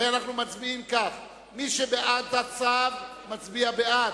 הרי אנחנו מצביעים כך: מי שבעד הצו מצביע בעד,